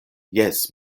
jes